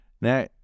Now